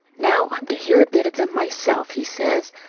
now i'm to hear a bit of them myself, he says.